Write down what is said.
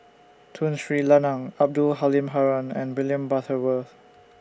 Tun Sri Lanang Abdul Halim Haron and William Butterworth